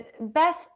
Beth